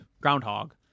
groundhog